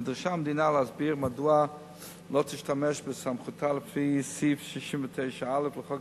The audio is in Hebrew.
נדרשה המדינה להסביר מדוע לא תשתמש בסמכותה לפי סעיף 69(א) לחוק